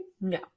No